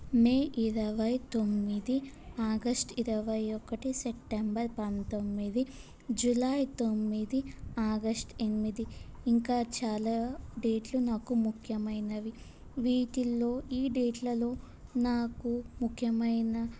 మే ఇరవై తొమ్మిది ఆగస్ట్ ఇరవై ఒకటి సెప్టంబర్ పంతొమ్మిది జులై తొమ్మిది ఆగస్ట్ ఎనిమిది ఇంకా చాలా డేట్లు నాకు ముఖ్యమైనవి వీటిలో ఈ డేట్లలో నాకు ముఖ్యమైన